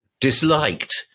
disliked